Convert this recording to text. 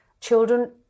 children